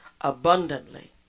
abundantly